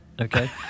Okay